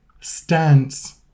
stance